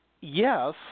Yes